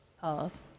pause